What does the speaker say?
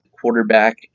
quarterback